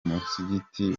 musigiti